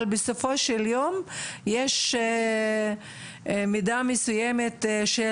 אבל בסופו של יום יש מידה מסוימת של